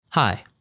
Hi